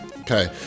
Okay